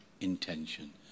intention